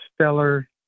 stellar